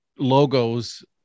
logos